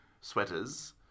sweaters